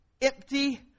empty